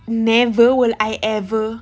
never will I ever